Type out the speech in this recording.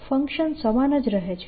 function સમાન જ રહે છે